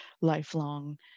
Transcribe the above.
lifelong